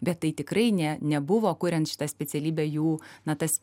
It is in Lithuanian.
bet tai tikrai ne nebuvo kuriant šitą specialybę jų na tas